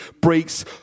breaks